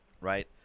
right